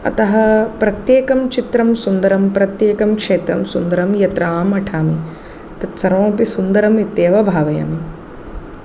अतः प्रत्येकं चित्रं सुन्दरं प्रत्येकं क्षेत्रं सुन्दरं यत्र अहम् अठामि तत्सर्वमपि सिन्दरमित्येव भावयामि